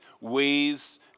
ways